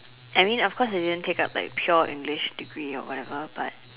I mean of course I didn't take up like pure English degree or whatever but